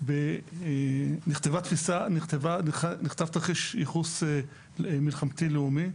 נכתב תרחיש ייחוס מלחמתי לאומי,